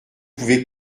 pouvez